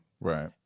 Right